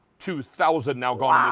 two thousand now gone.